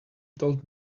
told